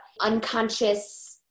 unconscious